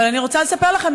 אבל אני רוצה לספר לכם,